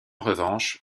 revanche